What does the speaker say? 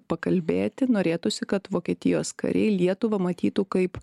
pakalbėti norėtųsi kad vokietijos kariai lietuvą matytų kaip